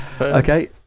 Okay